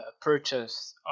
purchase